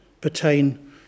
pertain